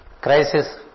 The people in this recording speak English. Crisis